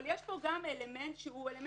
אבל יש פה גם אלמנט פסיכולוגי,